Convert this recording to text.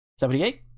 78